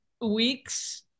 week's